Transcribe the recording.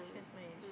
she's my age